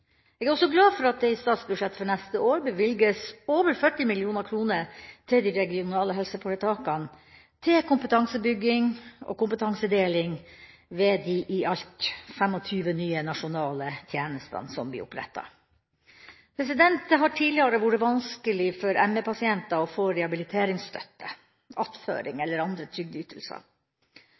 Jeg er også glad for at det i statsbudsjettet for neste år bevilges over 40 mill. kr til de regionale helseforetakene – til kompetansebygging og kompetansedeling ved de i alt 25 nye nasjonale tjenestene vi oppretter. Det har tidligere vært vanskelig for ME-pasienter å få rehabiliteringsstøtte, attføring eller andre